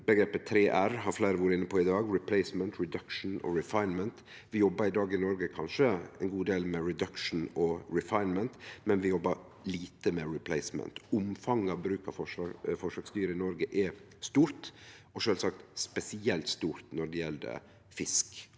Omgrepet 3R har fleire vore inne på i dag: «replacement», «reduction» og «refinement». Vi jobbar i dag kanskje ein god del med «reduction» og «refinement» i Noreg, men vi jobbar lite med «replacement». Omfanget av bruk av forsøksdyr i Noreg er stort, og sjølvsagt spesielt stort når det gjeld fisk